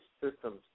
systems